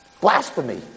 Blasphemy